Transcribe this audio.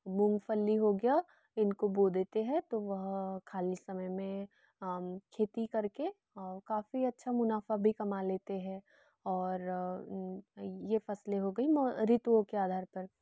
मूंगफली हो गया इनको बो देते हैं तो वह खाली समय में खेती कर के काफ़ी अच्छा मुनाफा भी कमा लेते हैं और यह फसलें हो गई म ऋतुओं के आधार पर